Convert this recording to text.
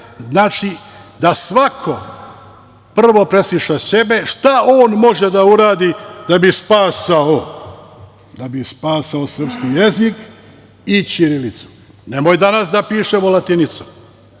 znači, da svako prvo presliša sebe šta on može da uradi da bi spasao srpski jezik i ćirilicu. Nemojte danas da pišemo latinicom.